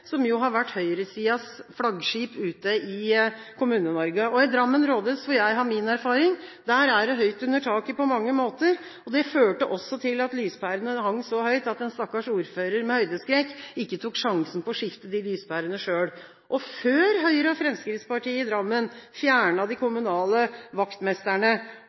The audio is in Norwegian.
som jo har vært høyresidens flaggskip ute i Kommune-Norge. I Drammen rådhus, hvor jeg har min erfaring fra, er det høyt under taket på mange måter, og det førte også til at lyspærene hang så høyt at en stakkars ordfører med høydeskrekk ikke tok sjansen på å skifte de lyspærene selv. Før Høyre og Fremskrittspartiet i Drammen fjernet de